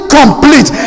complete